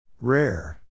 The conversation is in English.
Rare